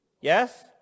Yes